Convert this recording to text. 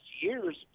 year's